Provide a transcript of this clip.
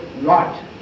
right